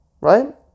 right